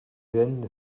fynd